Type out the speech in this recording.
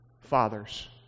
fathers